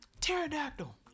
Pterodactyl